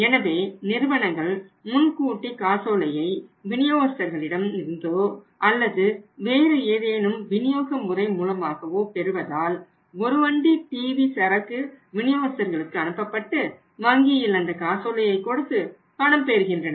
எனவே நிறுவனங்கள் முன்கூட்டி காசோலையை விநியோகஸ்தர்களிடம் இருந்தோ அல்லது வேறு ஏதேனும் விநியோக முறை மூலமாகவோ பெறுவதால் ஒரு வண்டி டிவி சரக்கு விநியோகஸ்தர்களுக்கு அனுப்பப்பட்டு வங்கியில் அந்த காசோலையை கொடுத்து பணம் பெறுகின்றனர்